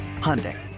Hyundai